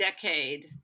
decade